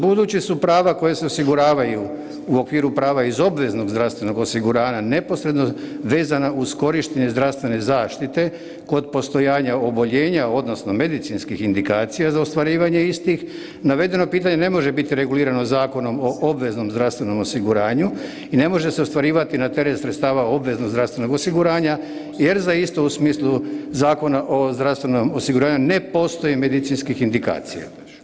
Budući su prava koja se osiguravaju u okviru prava iz obveznog zdravstvenog osiguranja neposredno vezana uz korištenje zdravstvene zaštite kod postojanja oboljenja odnosno medicinskih indikacija za ostvarivanje isti, navedeno pitanje ne može biti regulirano Zakonom o obveznom zdravstvenom osiguranju i ne može se ostvarivati na teret sredstava obveznog zdravstvenog osiguranja jer za istu u smisli Zakona o zdravstvenom osiguranju ne postoji medicinskih indikacija.